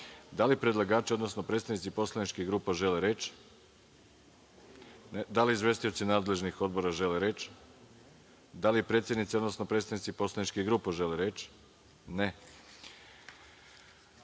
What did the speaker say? li predlagači, odnosno predstavnici poslaničkih grupa žele reč? Da li izvestioci nadležnih odbora žele reč? Da li predsednici, odnosno predstavnici poslaničkih grupa žele reč?